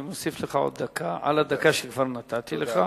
אני מוסיף לך עוד דקה על הדקה שכבר נתתי לך.